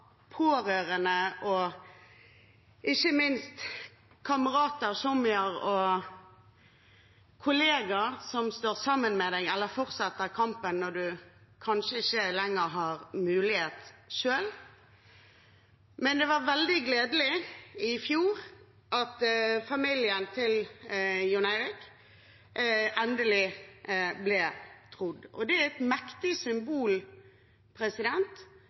pårørende og ikke minst kamerater, tjommier og kollegaer som står sammen med en, eller fortsetter kampen når en kanskje ikke lenger har mulighet selv. Men det var veldig gledelig at familien til Jon Eirik i fjor endelig ble trodd. Det er et mektig symbol